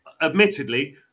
admittedly